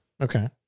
Okay